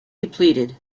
depleted